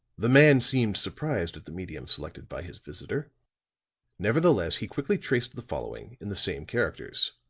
the man seemed surprised at the medium selected by his visitor nevertheless he quickly traced the following in the same characters.